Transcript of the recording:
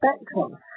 spectrum